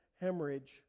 hemorrhage